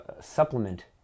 supplement